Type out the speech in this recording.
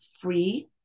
free